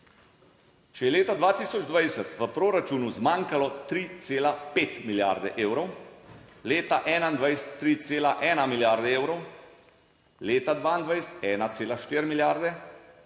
Če je leta 2020 v proračunu zmanjkalo 3,5 milijarde evrov, leta 2021 3,1 milijarde evrov, leta 2022 1,4 milijarde,